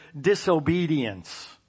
disobedience